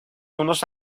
unos